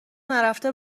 نرفته